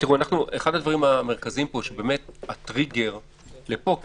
אחד הדברים המרכזיים פה שהוא הטריגר פה הוא